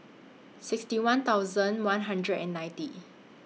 sixty one thousand one hundred and ninety